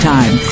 Time